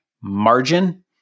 margin